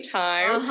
time